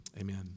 Amen